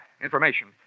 Information